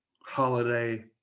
holiday